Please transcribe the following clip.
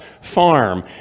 farm